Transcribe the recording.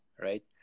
right